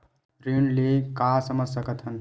ऋण ले का समझ सकत हन?